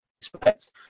expect